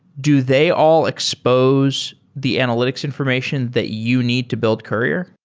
do they all expose the analytics information that you need to build courier?